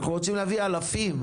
אני רוצה להביא אלפים,